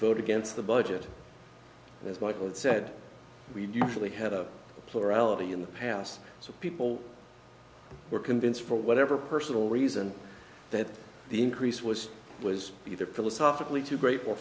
vote against the budget as michael said we usually had a plurality in the past so people were convinced for whatever personal reason that the increase was was either philosophically too great or